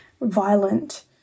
violent